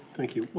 thank you.